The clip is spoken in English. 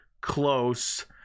close